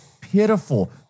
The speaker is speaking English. pitiful